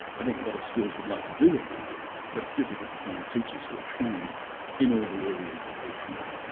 i think a lot of schools would like to do what we do, but it's difficult to find teachers who are trained in all the areas that we cover.